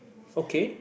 okay